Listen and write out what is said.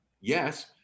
Yes